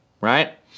right